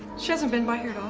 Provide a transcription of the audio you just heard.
she hasn't been by here